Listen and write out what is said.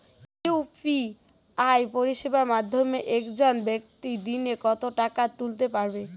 UPI পরিষেবার মাধ্যমে একজন ব্যাক্তি দিনে কত টাকা তুলতে পারবে?